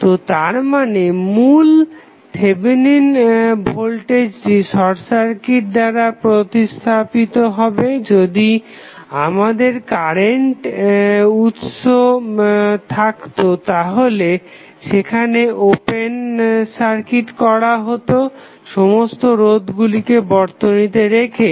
তো তার মানে মূল থেভেনিন ভোল্টেজটি শর্ট সার্কিট দ্বারা প্রতিস্থাপিত হবে যদি আমাদের কারেন্ট উৎস থাকতো তাহলে সেটাকে ওপেন সার্কিট করা হতো সমস্ত রোধগুলিকে বর্তনীতে রেখে